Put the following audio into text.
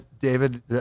David